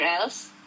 else